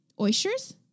oysters